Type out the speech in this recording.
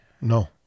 No